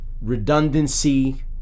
redundancy